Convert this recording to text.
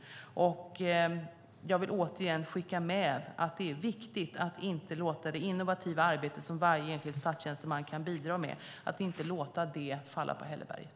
Jag vill åter skicka med att det är viktigt att inte låta det innovativa arbete som varje enskild statstjänsteman kan bidra med falla på hälleberget.